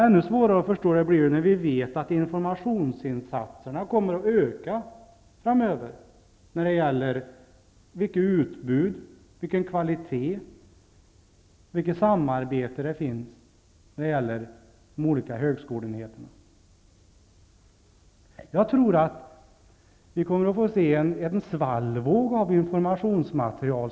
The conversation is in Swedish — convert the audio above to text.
Ännu svårare att förstå det blir det när vi vet att informationsinsatserna kommer att öka framöver om vilka utbud, vilken kvalitet och vilket samarbete som finns vid de olika högskoleenheterna. Jag tror att vi kommer att få se en svallvåg av informationsmaterial.